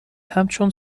همچون